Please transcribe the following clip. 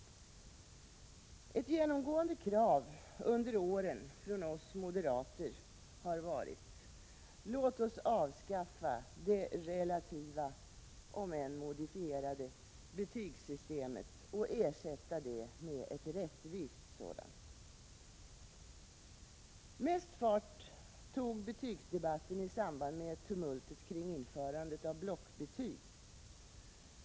Ett genomgående krav under åren från oss moderater har varit: Låt oss avskaffa det relativa — om än modifierade — betygssystemet och ersätta det med ett rättvist sådant. Mest fart tog betygsdebatten i samband med tumultet kring införandet av blockbetyg.